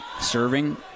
Serving